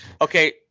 Okay